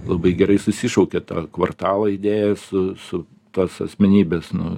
labai gerai susišaukia ta kvartalo idėja su su tos asmenybės nu